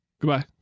Goodbye